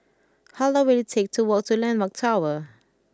how long will it take to walk to Landmark Tower